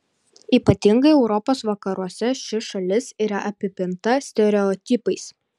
ypatingai europos vakaruose ši šalis yra apipinta stereotipais